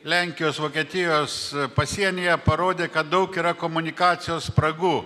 lenkijos vokietijos pasienyje parodė kad daug yra komunikacijos spragų